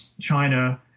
China